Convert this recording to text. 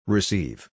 Receive